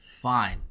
Fine